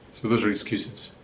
so those are excuses.